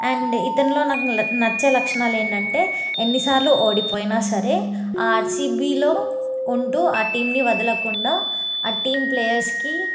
and ఇతనిలో నాకు నచ్చే లక్షణాలు ఏంటంటే ఎన్నిసార్లు ఓడిపోయిన సరే ఆర్సీబీలో ఉంటు ఆ టీమ్ని వదలకుండా ఆ టీం ప్లేయర్స్కి